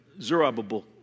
Zerubbabel